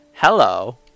hello